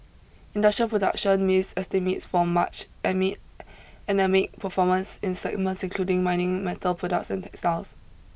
industrial production missed estimates for March amid anaemic performance in segments including mining metal products and textiles